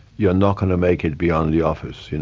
you're not going to make it beyond the office, you know